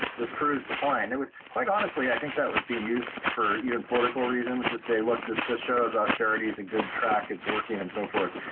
this proves the point. it was, quite honestly, i think that was being used for even political reasons to say, look, this just shows austerity's a good track. it's working and so forth.